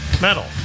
metal